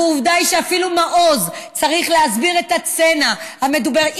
ועובדה היא שאפילו מעוז צריך להסביר את הסצנה המדוברת.